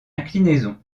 inclinaison